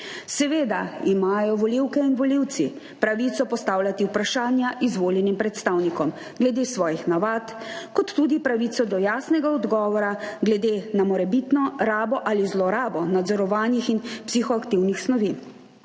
Seveda imajo volivke in volivci pravico postavljati vprašanja izvoljenim predstavnikom glede svojih navad, kot tudi pravico do jasnega odgovora glede na morebitno rabo ali zlorabo nadzorovanih in psihoaktivnih snovi.